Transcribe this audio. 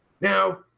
Now